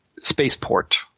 spaceport